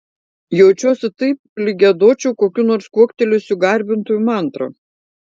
jaučiuosi taip lyg giedočiau kokių nors kuoktelėjusių garbintojų mantrą